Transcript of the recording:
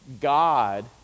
God